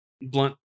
blunt